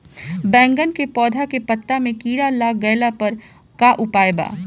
बैगन के पौधा के पत्ता मे कीड़ा लाग गैला पर का उपाय बा?